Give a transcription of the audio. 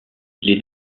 les